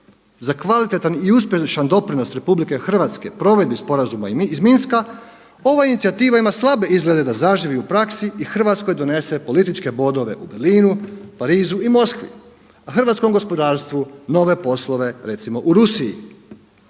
za kvalitetan i uspješan doprinos RH provedbi sporazuma iz Minska ova inicijativa ima slabe izglede da zaživi u praksi i Hrvatskoj donese političke bodove u Berlinu, Parizu i Moskvi, a hrvatskom gospodarstvu nove poslove recimo u Rusiji.